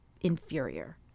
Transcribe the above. inferior